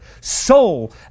soul